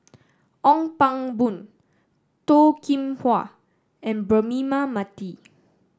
Ong Pang Boon Toh Kim Hwa and Braema Mathi